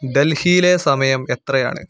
ഡൽഹിയിലെ സമയം എത്രയാണ്